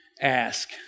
ask